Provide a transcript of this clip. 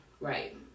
Right